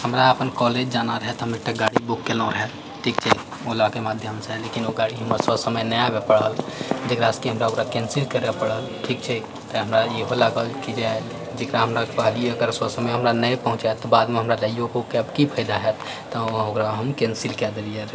हमरा अपन कॉलेज जाना रहए तऽ हम एकटा गाड़ी बुक केलहुँ रहए ठीक छै ओलाके माध्यमसँ लेकिन ओ गाड़ी हमर ससमय नहि आबि पाएल जेकरासँ हमरा ओकरा कैंसिल करए पड़ल ठीक छै तऽ हमरा इहो लागल की जे जेकरा हम कहलिऐ ओ ससमय हमरा नहि पहुँचाएत तऽ बादमे हमरा लइयो कऽ ओ कैब की फायदा हाएत तऽ ओकरा हम कैंसिल कए देलिऐ